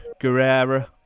Guerrera